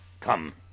Come